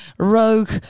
Rogue